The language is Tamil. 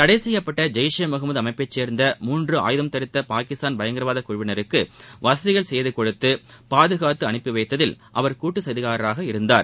தடை செய்யப்பட்ட ஜெய்ஷே முகமது அமைப்பை சேர்ந்த மூன்று ஆயுதம் தரித்த பாகிஸ்தான் பயங்கரவாத குழுவினருக்கு வசதிகள் செய்து கொடுத்து பாதுகாத்து அனுப்பி வைத்ததில் அவர் கூட்டு சதிகாரராக இருந்தார்